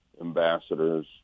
ambassadors